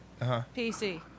PC